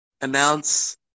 announce